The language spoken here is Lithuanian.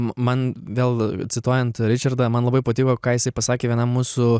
man vėl cituojant ričardą man labai patiko ką jisai pasakė vienam mūsų